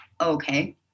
okay